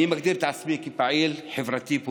אני מגדיר את עצמי כפעיל חברתי-פוליטי,